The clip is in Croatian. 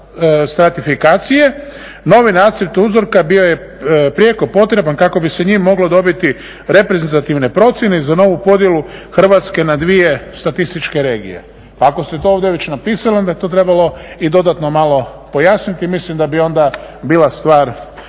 Hrvatske na dvije statističke regije. Pa ako ste to ovdje već napisali onda je to trebalo i dodatno malo pojasniti. Mislim da bi onda bila stvar